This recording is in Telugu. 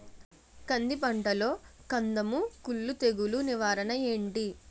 కంది పంటలో కందము కుల్లు తెగులు నివారణ ఏంటి?